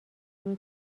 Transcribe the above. روی